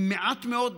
עם מעט מאוד אנשים,